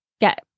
get